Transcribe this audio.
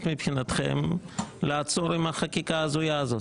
מבחינתכם לעצור עם החקיקה ההזויה הזאת.